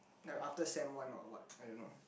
like after sem one or what I don't know